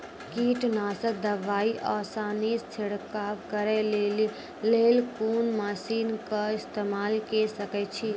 कीटनासक दवाई आसानीसॅ छिड़काव करै लेली लेल कून मसीनऽक इस्तेमाल के सकै छी?